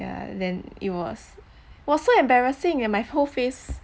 ya then it was was so embarrassing and my whole face